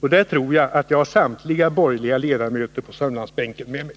Här tror jag att jag har samtliga borgerliga ledamöter på Sörmlandsbänken med mig.